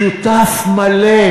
שותף מלא,